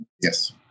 Yes